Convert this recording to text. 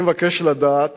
אני מבקש לדעת,